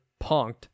punked